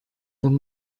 them